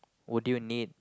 would you need